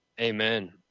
Amen